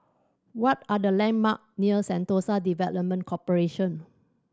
what are the landmark near Sentosa Development Corporation